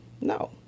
no